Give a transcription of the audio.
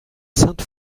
sainte